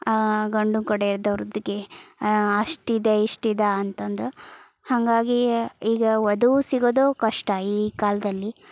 ಗಂಡು ಕಡೆಯವರ್ದ್ ಅವ್ರ್ದು ಅಷ್ಟಿದೆ ಇಷ್ಟಿದೆ ಅಂತಂದು ಹಂಗಾಗಿ ಈಗ ವಧು ಸಿಗೋದೂ ಕಷ್ಟ ಈ ಕಾಲದಲ್ಲಿ